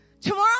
Tomorrow